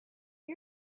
you